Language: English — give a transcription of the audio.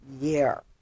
Year